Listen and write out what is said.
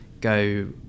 go